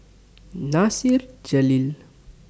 Nasir Jalil